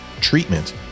treatment